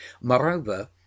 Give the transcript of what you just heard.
Moreover